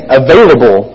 available